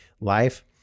life